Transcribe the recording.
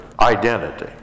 identity